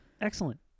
Excellent